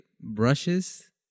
brushes